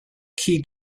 key